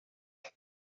cake